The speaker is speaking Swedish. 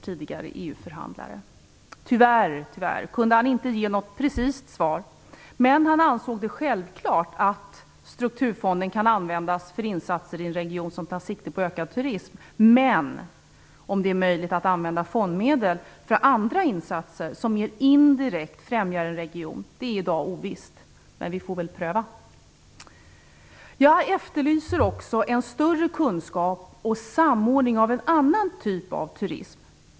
Tyvärr kunde han inte ge något precist svar, men han ansåg det självklart att sturkturfonderna kan användas för insatser i en region som tar sikte på att öka turismen. Om det är möjligt att använda fondmedel för andra insatser som mer indirekt främjar en region är i dag ovisst, men vi får väl pröva. Jag efterlyser också större kunskap och samordning av en annan typ av turism.